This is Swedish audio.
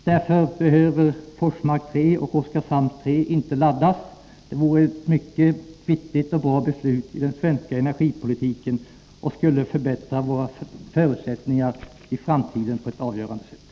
Därför behöver Forsmark 3 och Oskarshamn 3 inte laddas. Att inte ladda dem vore ett mycket viktigt och bra beslut i den svenska energipolitiken och skulle förbättra våra förutsättningar i framtiden på ett avgörande sätt.